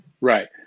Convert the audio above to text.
Right